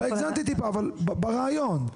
הגזמתי טיפה אבל ברעיון,